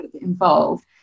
involved